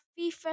FIFA